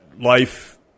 life